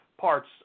parts